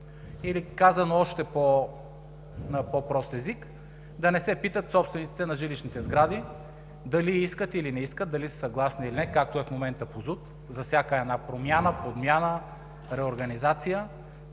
Казано още на по-прост език: да не се питат собствениците на жилищните сгради дали искат, или не искат, дали са съгласни или не, както е в момента по ЗУТ за всяка една промяна, подмяна, реорганизация.